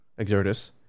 Exertus